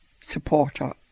supporter